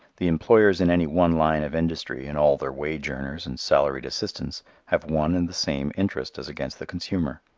the employers in any one line of industry and all their wage earners and salaried assistants have one and the same interest as against the consumer.